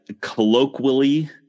colloquially